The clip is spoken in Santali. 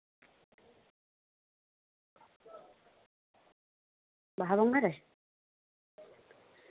ᱵᱟᱦᱟ ᱵᱚᱸᱜᱟ ᱨᱮ